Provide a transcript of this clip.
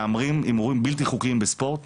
מהמרים הימורים בלתי חוקיים בספורט,